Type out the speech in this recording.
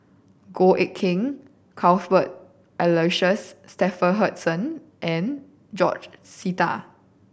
Goh Eck Kheng Cuthbert Aloysius Shepherdson and George Sita